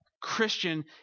Christian